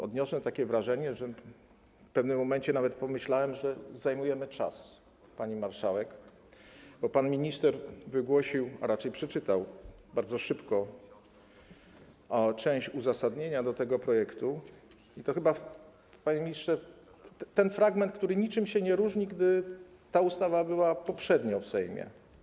Odniosłem takie wrażenie, w pewnym momencie nawet pomyślałem, że zajmujemy czas pani marszałek, bo pan minister wygłosił, a raczej przeczytał bardzo szybko część uzasadnienia tego projektu, i to chyba, panie ministrze, ten fragment, który niczym się nie różni od fragmentu odczytanego wtedy, gdy ta ustawa była poprzednio w Sejmie.